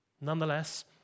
Nonetheless